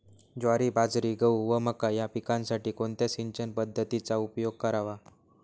ज्वारी, बाजरी, गहू व मका या पिकांसाठी कोणत्या सिंचन पद्धतीचा उपयोग करावा?